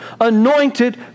anointed